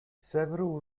several